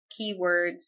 keywords